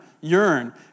yearn